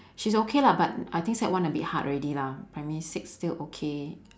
she's okay lah but I think sec one a bit hard already lah primary six still okay